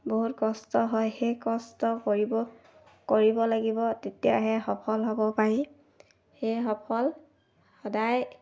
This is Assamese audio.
বহুত কষ্ট হয় সেই কষ্ট কৰিব লাগিব তেতিয়াহে সফল হ'ব পাৰি সেই সফল সদায়